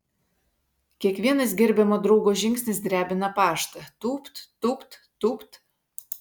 kiekvienas gerbiamo draugo žingsnis drebina paštą tūpt tūpt tūpt